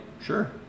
sure